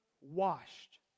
washed